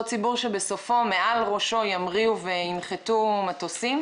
ציבור שמעל ראשו ימריאו וינחתו מטוסים.